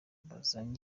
bazanye